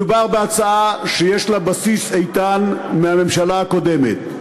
מדובר בהצעה שיש לה בסיס איתן מהממשלה הקודמת.